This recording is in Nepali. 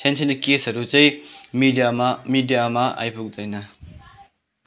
सानो सानो केसहरू चाहिँ मिडियामा मिडियामा आइपुग्दैन